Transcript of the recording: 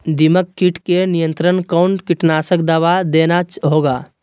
दीमक किट के नियंत्रण कौन कीटनाशक दवा देना होगा?